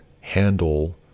handle